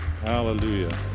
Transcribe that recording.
hallelujah